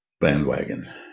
bandwagon